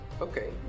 Okay